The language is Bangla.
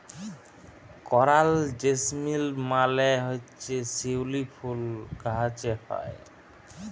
করাল জেসমিল মালে হছে শিউলি ফুল গাহাছে হ্যয়